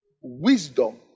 wisdom